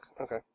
Okay